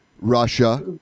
Russia